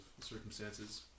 circumstances